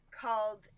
called